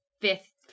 fifth